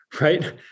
right